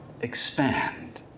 expand